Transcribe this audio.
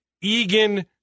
Egan